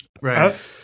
Right